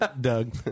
Doug